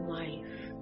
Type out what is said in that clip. life